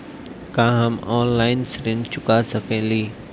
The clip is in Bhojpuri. का हम ऑनलाइन ऋण चुका सके ली?